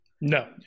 No